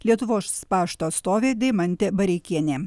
lietuvos pašto atstovė deimantė bareikienė